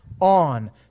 on